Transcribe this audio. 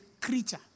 creature